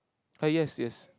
ah yes yes